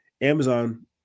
Amazon